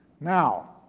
Now